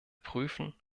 prüfen